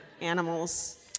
animals